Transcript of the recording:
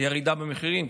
ירידה במחירים,